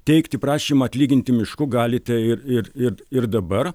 teikti prašymą atlyginti mišku galite ir ir ir ir dabar